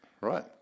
Right